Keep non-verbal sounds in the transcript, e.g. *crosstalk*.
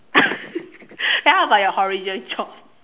*laughs* then how about your horrible job